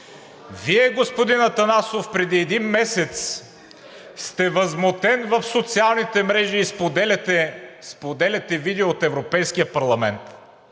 Вие, господин Атанасов, преди един месец сте възмутен в социалните мрежи и споделяте видео от Европейския парламент,